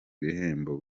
ibihembo